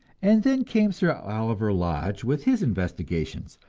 and then came sir oliver lodge with his investigations.